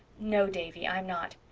no, davy, i'm not.